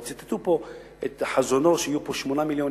ציטטו פה את חזונו שיהיו פה 8 מיליון